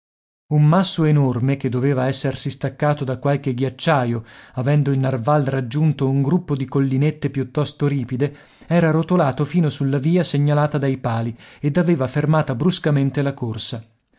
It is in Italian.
un masso enorme che doveva essersi staccato da qualche ghiacciaio avendo il narval raggiunto un gruppo di collinette piuttosto ripide era rotolato fino sulla via segnalata dai pali ed aveva fermata bruscamente la corsa